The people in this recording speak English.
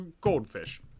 goldfish